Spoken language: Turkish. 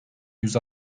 yüz